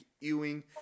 Ewing